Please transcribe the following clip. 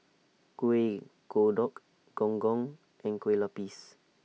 Kuih Kodok Gong Gong and Kue Lupis